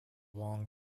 wang